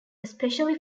especially